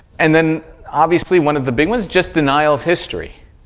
and then, obviously, one of the big ones, just denial of history,